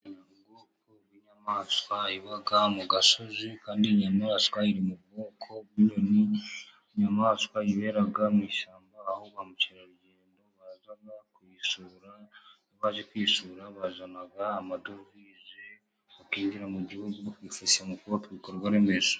Ubwoko bw'inyamaswa iba mu gasozi, kandi iyo inyamaswa iri mu bwoko bw'inyoni . Inyamaswa yibera mu ishyamba aho ba mukerarugendo baza kuyisura abaje kwishura bazana amadovize akinjira mu gihugu afasha mu kubaka ibikorwa remezo.